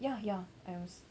ya ya else